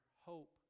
hope